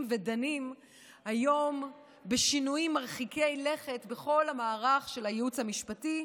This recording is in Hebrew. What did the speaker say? ודנים היום בשינויים מרחיקי לכת בכל המערך של הייעוץ המשפטי,